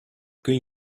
kun